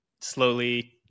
slowly